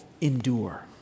endure